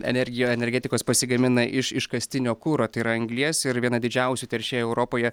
energija energetikos pasigamina iš iškastinio kuro tai yra anglies ir viena didžiausių teršėjų europoje